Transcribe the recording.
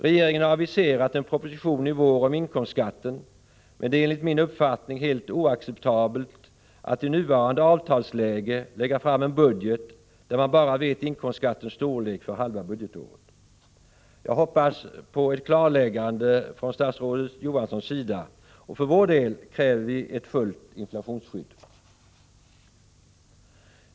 Regeringen har aviserat en proposition i vår om inkomstskatten, men det är enligt min uppfattning helt oacceptabelt i nuvarande avtalsläge att lägga fram en budget där man bara vet inkomstskattens storlek för halva budgetåret. Jag hoppas på ett klarläggande från statsrådet Johanssons sida, och för vår del kräver vi fullt inflationsskydd.